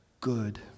good